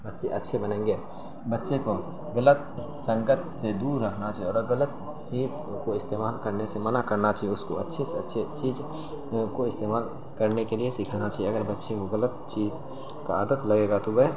بچے اچھے بنیں گے بچے کو غلط سنگت سے دور رکھنا چاہیے اور غلط چیز کو استعمال کرنے سے منع کرنا چاہیے اس کو اچھے سے اچھے چز کو استعمال کرنے کے لیے سیکھنا چاہیے اگر بچے کو غلط چیز کا عادت لگے گا تو وہ